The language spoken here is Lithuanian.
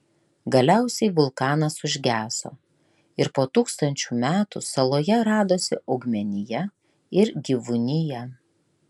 galiausiai vulkanas užgeso ir po tūkstančių metų saloje radosi augmenija ir gyvūnija